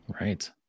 Right